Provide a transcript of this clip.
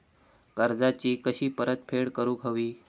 कर्जाची कशी परतफेड करूक हवी?